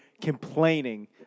complaining